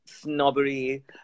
Snobbery